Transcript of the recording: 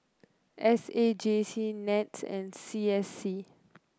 S A J C NETS and C S C